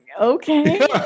okay